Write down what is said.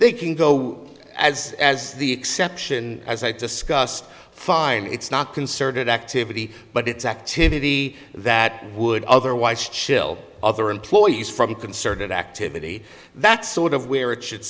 they can go as as the exception as i discussed find it's not concerted activity but it's activity that would otherwise chill other employees from the concerted activity that's sort of where it should